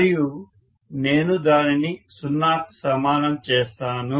మరియు నేను దానిని సున్నా కు సమానం చేస్తాను